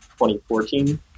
2014